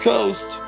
Coast